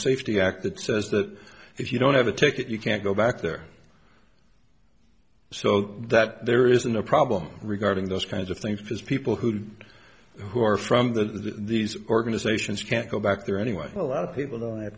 safety act that says that if you don't have a ticket you can't go back there so that there isn't a problem regarding those kinds of things because people who did who are from the these organizations can't go back there anyway a lot of people don't have